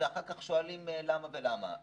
ואחר כך שואלים למה ולמה.